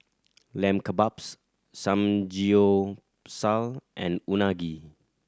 Lamb Kebabs Samgyeopsal and Unagi